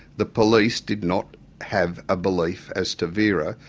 the police did not have a belief as to vera,